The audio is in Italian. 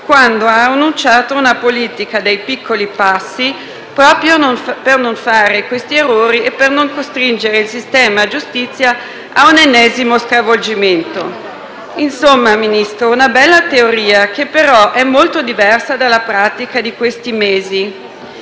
quando ha annunciato una politica dei piccoli passi, proprio per non fare questi errori e per non costringere il sistema giustizia a un ennesimo stravolgimento. Insomma, Ministro, una bella teoria, che però è molto diversa dalla pratica di questi mesi.